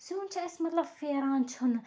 سیُن چھُ اَسہِ مطلب پھیران چھُنہ